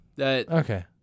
Okay